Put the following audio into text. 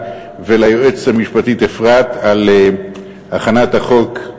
וליועצות המשפטיות נירה לאמעי ואפרת חקאק על הכנת החוק.